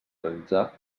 realitzar